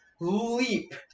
leap